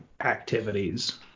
activities